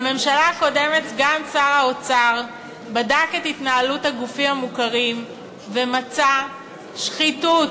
בממשלה הקודמת סגן שר האוצר בדק את התנהלות הגופים המוכרים ומצא שחיתות,